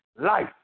Life